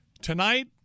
Tonight